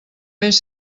més